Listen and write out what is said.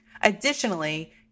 Additionally